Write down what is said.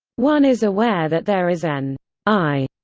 one is aware that there is an i,